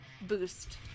boost